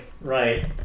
Right